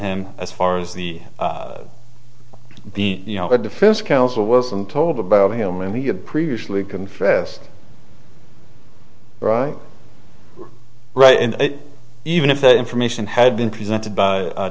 him as far as the the you know the defense counsel wasn't told about him and he had previously confessed right right and even if the information had been presented by